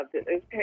Okay